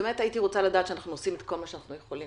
הייתי רוצה לדעת שאנחנו עושים את כל מה שאנחנו יכולים.